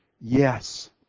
yes